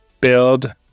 build